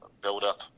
buildup